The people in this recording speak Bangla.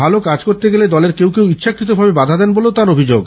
ভালো কাজ করতে গেলে দলের কেউ কেউ ইচ্ছাকৃতভাবে বাধা দেন বলেও তার অভিযোগ